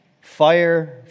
fire